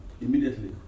immediately